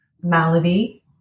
malady